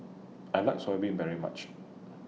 I like Soya Bean very much